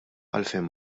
għalfejn